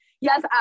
Yes